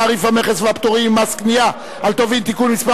צו תעריף המכס והפטורים ומס קנייה על טובין (תיקון מס'